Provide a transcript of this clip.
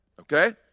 okay